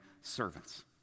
servants